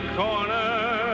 corner